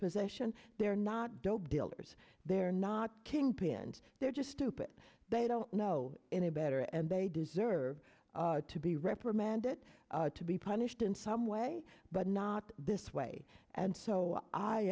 possession they're not dope dealers they're not kingpins they're just stupid they don't know any better and they deserve to be reprimanded to be punished in some way but not this way and so i